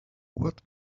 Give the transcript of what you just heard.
what